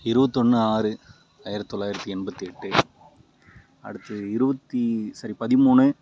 இருபத்தொன்னு ஆறு ஆயிரத்து தொள்ளாயிரத்தி எண்பத்தி எட்டு அடுத்து இருபத்தி சாரி பதிமூணு